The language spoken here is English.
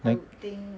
I